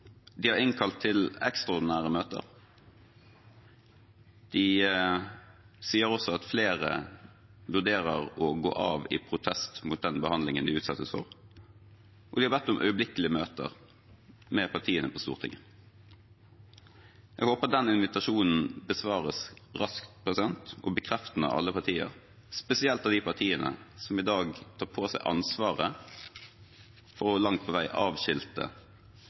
De har innkalt til ekstraordinære møter, de sier at flere vurderer å gå av i protest mot den behandlingen de utsettes for, og de har bedt om øyeblikkelige møter med partiene på Stortinget. Jeg håper den invitasjonen besvares raskt og bekreftende av alle partier, spesielt av de partiene som i dag tar på seg ansvaret for langt på vei